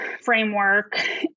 framework